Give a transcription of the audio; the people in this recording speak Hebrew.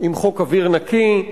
עם חוק אוויר נקי,